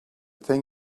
thing